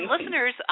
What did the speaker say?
listeners